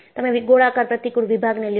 તમે ગોળાકાર પ્રતિકુળ વિભાગ ને લ્યો